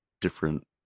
different